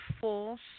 force